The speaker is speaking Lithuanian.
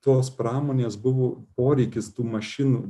tos pramonės buvo poreikis tų mašinų